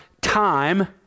time